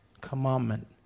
commandment